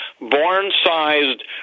barn-sized